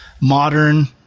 modern